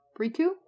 Riku